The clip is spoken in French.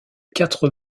quatre